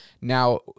Now